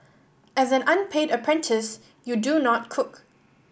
as an unpaid apprentice you do not cook